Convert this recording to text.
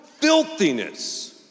filthiness